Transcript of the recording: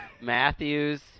Matthews